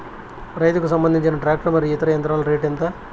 రైతుకు సంబంధించిన టాక్టర్ మరియు ఇతర యంత్రాల రేటు ఎంత?